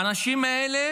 האנשים האלה